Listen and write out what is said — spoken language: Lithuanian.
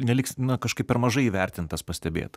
neliksi na kažkaip per mažai įvertintas pastebėtas